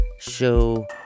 show